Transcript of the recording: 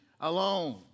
alone